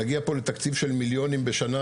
נגיע פה לתקציב של מיליונים בשנה,